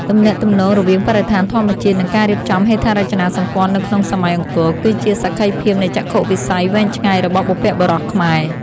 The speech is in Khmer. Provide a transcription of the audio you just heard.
ទំនាក់ទំនងរវាងបរិស្ថានធម្មជាតិ និងការរៀបចំហេដ្ឋារចនាសម្ព័ន្ធនៅក្នុងសម័យអង្គរ គឺជាសក្ខីភាពនៃចក្ខុវិស័យវែងឆ្ងាយរបស់បុព្វបុរសខ្មែរ។